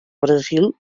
brasil